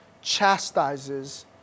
chastises